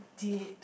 dead